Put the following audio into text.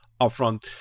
upfront